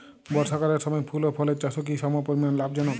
বর্ষাকালের সময় ফুল ও ফলের চাষও কি সমপরিমাণ লাভজনক?